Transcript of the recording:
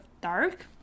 dark